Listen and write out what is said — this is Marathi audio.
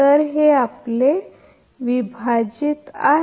तर हे आपले विभाजित आहे